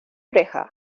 oreja